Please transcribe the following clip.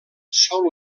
sol